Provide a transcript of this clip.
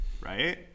right